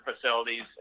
facilities